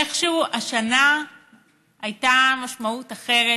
איכשהו השנה הייתה משמעות אחרת,